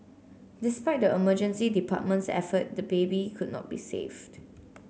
despite the emergency department's effort the baby could not be saved